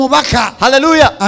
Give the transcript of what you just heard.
Hallelujah